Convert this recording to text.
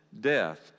death